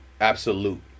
absolute